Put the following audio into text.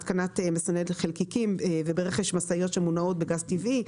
התקנת מסנני חלקיקים ורכש משאיות המונעות באמצעות גז טבעי,